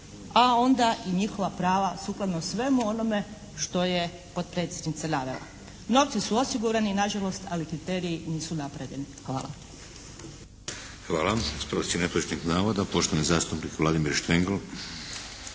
a onda i njihova prava sukladno svemu onome što je potpredsjednica navela. Novci su osigurani nažalost, ali kriteriji nisu napravljeni. Hvala.